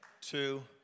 two